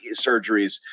surgeries